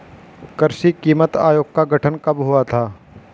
कृषि कीमत आयोग का गठन कब हुआ था?